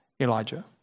Elijah